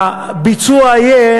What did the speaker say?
הביצוע יהיה,